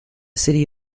city